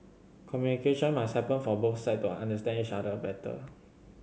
communication must happen for both side to understand each other better